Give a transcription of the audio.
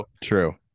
true